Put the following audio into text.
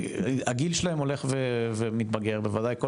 הגיל שלהם הולך ומתבגר בוודאי,